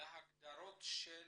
להגדרות של